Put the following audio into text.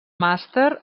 màster